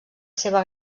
seva